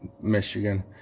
Michigan